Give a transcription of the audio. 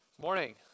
Morning